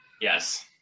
yes